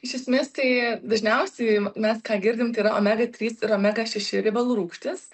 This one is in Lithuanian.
iš esmės tai dažniausiai mes ką girdim tai yra omega trys ir omega šeši riebalų rūgštys